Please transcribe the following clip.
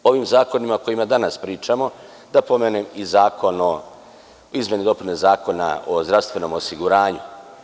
Ovim zakonima o kojima danas pričamo, da pomenem i izmene i dopune Zakona o zdravstvenom osiguranju.